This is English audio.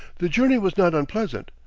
the journey was not unpleasant,